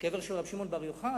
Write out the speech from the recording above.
הקבר של רבי שמעון בר יוחאי,